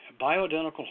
bioidentical